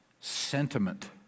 sentiment